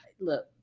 look